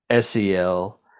SEL